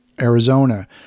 Arizona